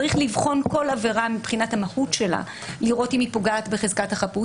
צריך לבחון כל עבירה מבחינת המהות שלה ולראות האם היא פוגעת בחזקת החפות